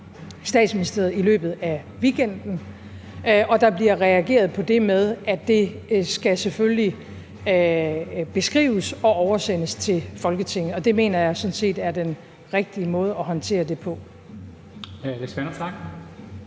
Statsministeriet i løbet af weekenden, og der bliver reageret på det med, at det selvfølgelig skal beskrives og oversendes til Folketinget. Det mener jeg sådan set er den rigtige måde at håndtere det på.